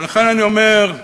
ולכן אני אומר: